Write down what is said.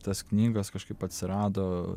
tos knygos kažkaip atsirado